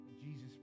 Jesus